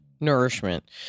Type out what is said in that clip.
nourishment